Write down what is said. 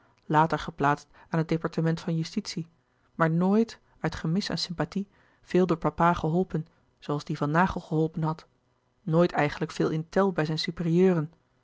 later geplaatst aan het departement van justitie maar nooit uit gemis aan sympathie veel door papa geholpen zooals die van naghel geholpen had nooit eigenlijk veel in tel bij zijn superieuren